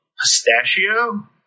pistachio